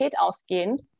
ausgehend